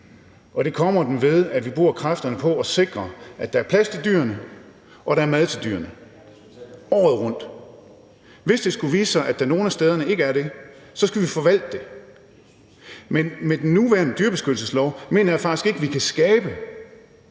og det kommer den, ved at vi bruger kræfterne på at sikre, at der er plads til dyrene, og at der er mad til dyrene – året rundt. Hvis det skulle vise sig, at der nogle af stederne ikke er det, skal vi forvalte det. Men med den nuværende dyrebeskyttelseslov mener jeg faktisk ikke vi kan skabe